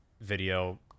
video